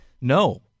No